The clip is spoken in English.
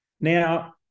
Now